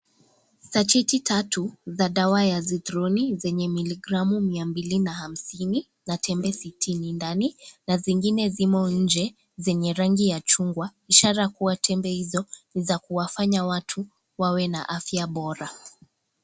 Sajeti tatu za dawa ya Sitroni zenye miligramu Mia mbili na hamsini na tembe sitini ndani na zingine zimo nje zenye rangi ya chungwa ishara kuwa tembe hizo ni za kuwafanya watu wawe na afya Bora.